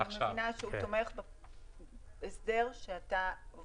אני מבינה שהוא תומך בהסדר שהובלת.